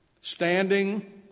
Standing